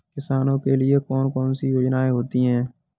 किसानों के लिए कौन कौन सी योजनायें होती हैं?